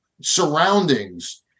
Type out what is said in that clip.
surroundings